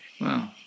Wow